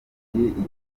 igihugu